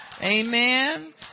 Amen